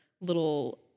little